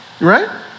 right